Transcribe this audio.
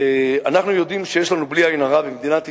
אנחנו יודעים שיש לנו, בלי עין הרע, במדינת ישראל,